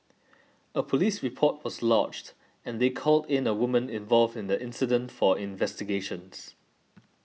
a police report was lodged and they called in a woman involved in the incident for investigations